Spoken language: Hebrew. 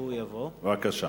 בבקשה.